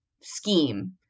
scheme